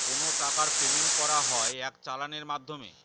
কোনো টাকার পেমেন্ট করা হয় এক চালানের মাধ্যমে